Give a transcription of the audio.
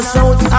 South